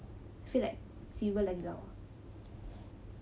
feel like silver lagi lawa